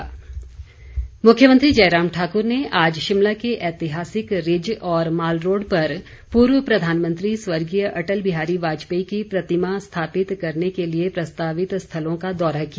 जयराम मुख्यमंत्री जयराम ठाकुर ने आज शिमला के ऐतिहासिक रिज और माल रोड पर पूर्व प्रधानमंत्री स्वर्गीय अटल बिहारी वाजपेयी की प्रतिमा स्थापित करने के लिए प्रस्तावित स्थलों का दौरा किया